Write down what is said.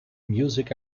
music